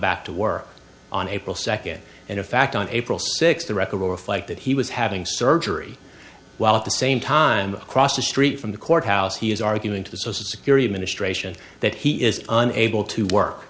back to work on april second and in fact on april sixth the record will reflect that he was having surgery while at the same time across the street from the courthouse he is arguing to the social security administration that he is unable to work